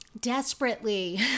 desperately